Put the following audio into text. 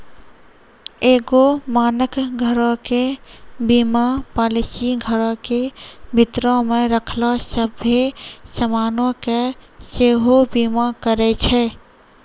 एगो मानक घरो के बीमा पालिसी घरो के भीतरो मे रखलो सभ्भे समानो के सेहो बीमा करै छै